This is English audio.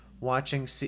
watching